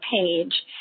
page